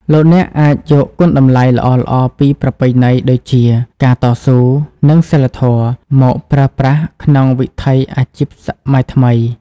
លោកអ្នកអាចយកគុណតម្លៃល្អៗពីប្រពៃណី ដូចជា "ការតស៊ូ" និង "សីលធម៌" មកប្រើប្រាស់ក្នុងវិថីអាជីពសម័យថ្មី។